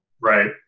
Right